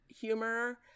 humor